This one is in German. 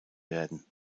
werden